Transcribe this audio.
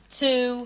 two